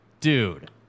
Dude